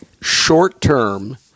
Short-term